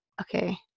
okay